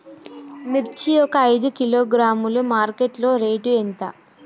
మిర్చి ఒక ఐదు కిలోగ్రాముల మార్కెట్ లో రేటు ఎంత?